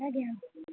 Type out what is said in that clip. ଆଜ୍ଞା